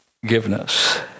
Forgiveness